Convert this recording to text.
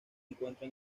encuentra